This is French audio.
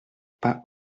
pas